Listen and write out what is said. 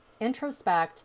introspect